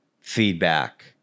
feedback